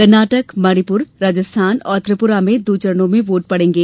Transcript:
कर्नाटक मणिपुर राजस्थान और त्रिपुरा में दो चरणों में वोट पडेंगे